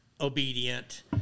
obedient